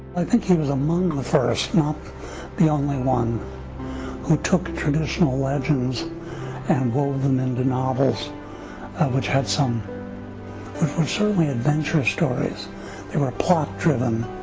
i think he was among the first not the only one who took traditional legends and wove them into novels which had some which were certainly adventurous stories they were plot driven